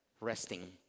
resting